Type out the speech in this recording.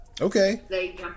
Okay